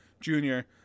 junior